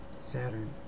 Saturn